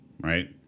right